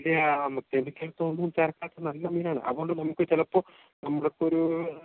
ആ കെമിക്കല്സൊന്നും ചേർക്കാത്ത നല്ല മീനാണ് അതുകൊണ്ട് നമുക്കു ചിലപ്പോള് നമ്മൾക്കൊരു